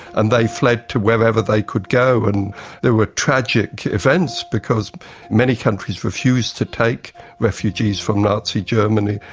and they fled to wherever they could go. and there were tragic events because many countries refused to take refugees from nazi germany.